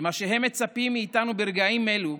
שמה שהם מצפים מאיתנו ברגעים אלו,